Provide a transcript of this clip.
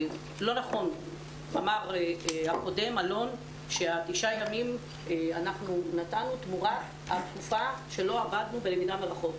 אמר אלון שתשעה ימים אנחנו נתנו תמורת התקופה שלא עבדנו בלמידה מרחוק.